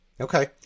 Okay